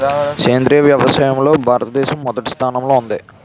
సేంద్రీయ వ్యవసాయంలో భారతదేశం మొదటి స్థానంలో ఉంది